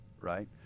right